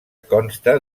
consta